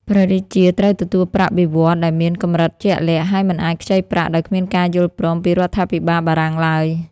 ព្រះរាជាត្រូវទទួលប្រាក់បៀវត្សដែលមានកម្រិតជាក់លាក់ ហើយមិនអាចខ្ចីប្រាក់ដោយគ្មានការយល់ព្រមពីរដ្ឋាភិបាលបារាំងឡើយ។